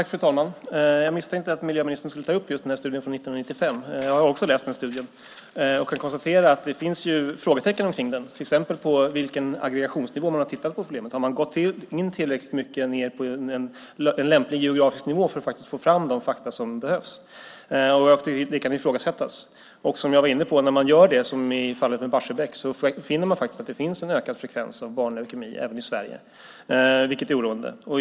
Fru talman! Jag misstänkte att miljöministern skulle ta upp just studien från 1995. Jag har också läst den studien och kan konstatera att det finns frågetecken kring den, till exempel om vilken aggregationsnivå man har tittat på problemet på. Har man gått ned tillräckligt mycket på en lämplig geografisk nivå för att få fram de fakta som behövs? Det kan ifrågasättas. Som jag var inne på: När man gör det, som i fallet med Barsebäck, finner man att det finns en ökad frekvens av barnleukemi även i Sverige, vilket är oroande.